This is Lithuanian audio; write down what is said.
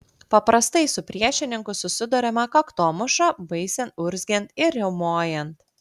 paprastai su priešininku susiduriama kaktomuša baisiai urzgiant ir riaumojant